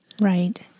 Right